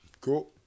Cool